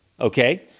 Okay